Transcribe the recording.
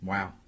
Wow